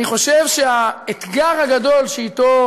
אני חושב שהאתגר הגדול שאתו